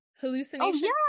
hallucination